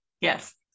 yes